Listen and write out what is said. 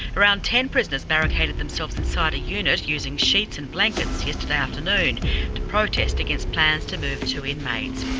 around ten prisoners barricaded themselves inside a unit using sheets and blankets yesterday afternoon to protest against plans to move two inmates.